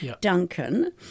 Duncan